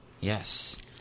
Yes